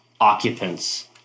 occupants